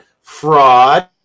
fraud